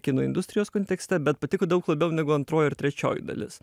kino industrijos kontekste bet patiko daug labiau negu antroji ir trečioji dalis